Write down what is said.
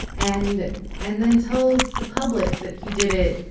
and and then tells the public that he did it,